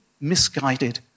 misguided